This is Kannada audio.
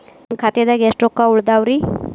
ನನ್ನ ಖಾತೆದಾಗ ಎಷ್ಟ ರೊಕ್ಕಾ ಉಳದಾವ್ರಿ?